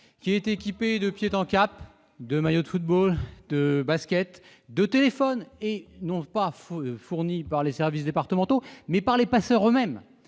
!... équipés de pieds en cap de maillots de football, de baskets, de téléphones, fournis non pas par les services départementaux, mais par les passeurs eux-mêmes.